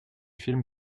films